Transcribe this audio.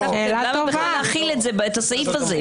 למה להחיל את הסעיף הזה?